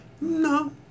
No